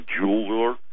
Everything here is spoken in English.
jeweler